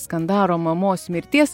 skandaro mamos mirties